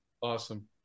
Awesome